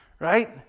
right